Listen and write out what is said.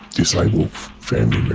disabled family